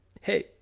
Hey